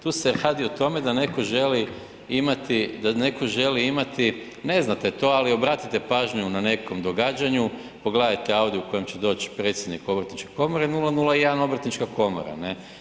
Tu se radi o tome da netko želi imati, da netko želi imati, ne znate to ali obratite pažnju na nekom događanju, pogledajte Audi u kojem će doći predsjednik obrtničke komore, 001 obrtnička komora, ne.